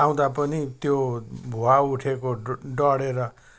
लाउँदा पनि त्यो भुवा उठेको ड डढेर